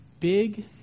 Big